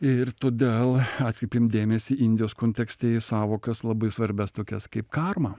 ir todėl atkreipėm dėmesį indijos kontekste į sąvokas labai svarbias tokias kaip karma